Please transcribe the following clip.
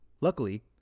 Luckily